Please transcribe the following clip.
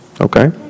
okay